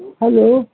hello